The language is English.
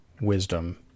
wisdom